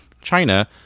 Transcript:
China